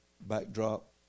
backdrop